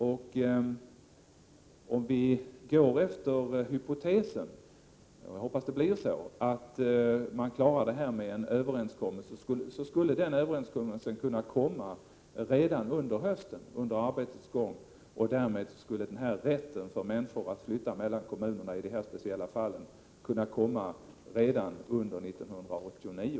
Om vi går efter hypotesen att man klarar av att träffa en överenskommelse, vilket jag hoppas, skulle det kunna ske redan under hösten, under arbetets gång. Därmed skulle rätten för människor att flytta mellan kommunerna i dessa speciella fall kunna komma redan under 1989.